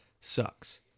sucks